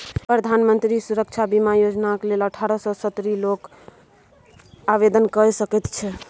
प्रधानमंत्री सुरक्षा बीमा योजनाक लेल अठारह सँ सत्तरि सालक लोक आवेदन कए सकैत छै